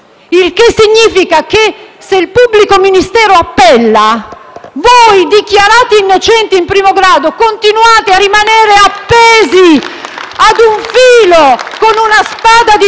significa che se il pubblico ministero appella voi, magari dichiarati innocenti in primo grado, continuate a rimanere appesi ad un filo, con la spada di